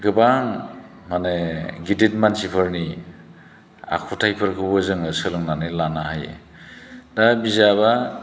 गोबां माने गिदिर मानसिफोरनि आखुथाइफोरखौबो जोङो सोलोंनानै लानो हायो दा बिजाबा